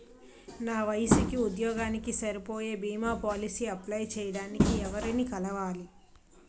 నా వయసుకి, ఉద్యోగానికి సరిపోయే భీమా పోలసీ అప్లయ్ చేయటానికి ఎవరిని కలవాలి?